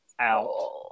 out